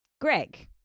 Greg